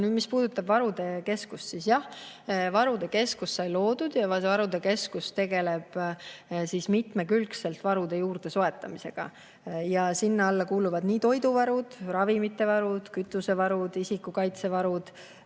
Aga mis puudutab varude keskust, siis jah, varude keskus sai loodud. Varude keskus tegeleb mitmekülgselt varude juurde soetamisega. Sinna alla kuuluvad toiduvarud, ravimivarud, kütusevarud, isikukaitsevarud,